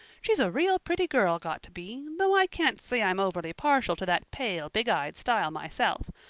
she's a real pretty girl got to be, though i can't say i'm overly partial to that pale, big-eyed style myself.